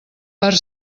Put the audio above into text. per